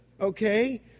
okay